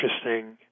interesting